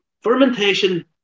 Fermentation